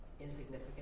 insignificant